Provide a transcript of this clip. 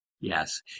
Yes